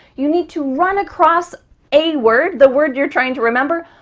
you need to run across a word, the word you're trying to remember,